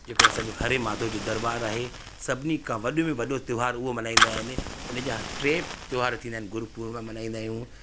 जेको असांजो हरे माधव जो दरॿार आहे सभिनी खां वॾे में वॾो त्योहारु उहो मल्हाईंदा आहिनि उन जा टे त्योहार थींदा आहिनि गुरू पूर्णिमा मल्हाईंदा आहियूं